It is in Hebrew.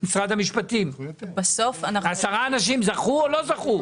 משרד המשפטים, עשרה אנשים זכו או לא זכו?